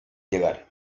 llegar